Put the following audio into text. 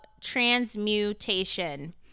transmutation